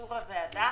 לאישור הוועדה